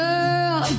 Girl